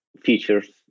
features